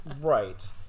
right